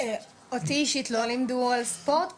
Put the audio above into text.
אותי אישית לא לימדו על ספורט.